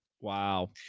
Wow